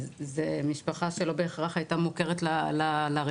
זו משפחה שלא בהכרח הייתה מוכרת לרווחה.